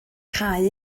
cau